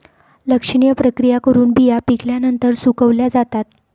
लक्षणीय प्रक्रिया करून बिया पिकल्यानंतर सुकवल्या जातात